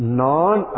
non